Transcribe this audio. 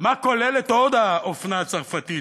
מה כוללת עוד האופנה הצרפתית.